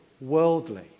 worldly